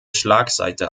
schlagseite